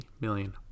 million